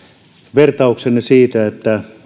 vertauksenne siitä että